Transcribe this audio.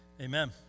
amen